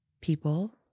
people